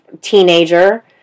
teenager